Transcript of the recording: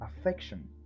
affection